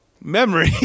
memory